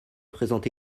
présente